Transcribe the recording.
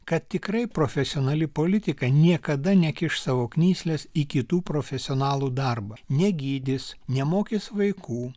kad tikrai profesionali politika niekada nekiš savo knyslės į kitų profesionalų darbą negydys nemokys vaikų